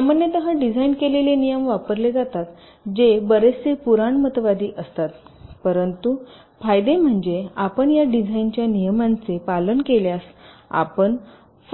सामान्यतः डिझाइन केलेले नियम वापरले जातात जे बरेचसे पुराणमतवादी असतात परंतु फायदे म्हणजे आपण या डिझाइनच्या नियमांचे पालन केल्यास आपले